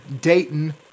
Dayton